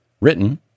written